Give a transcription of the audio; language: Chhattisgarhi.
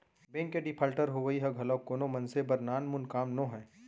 बेंक के डिफाल्टर होवई ह घलोक कोनो मनसे बर नानमुन काम नोहय